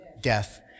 death